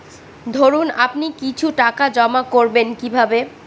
ধরুন আপনি কিছু টাকা জমা করবেন কিভাবে?